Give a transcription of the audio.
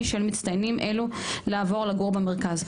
של מצטיינים אלו לעבור לגור במרכז,